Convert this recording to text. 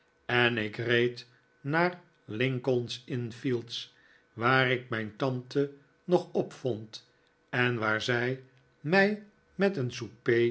en ik reed naar lincoln's inn fields waar ik mijn tante nog op vond en waar zij mij met een